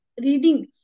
reading